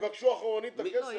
יזכו להטבה הזאת.